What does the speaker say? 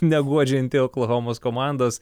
neguodžianti oklahomos komandos